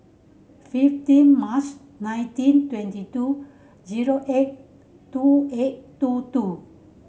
fifteen March nineteen twenty two zero eight two eight two two